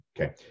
Okay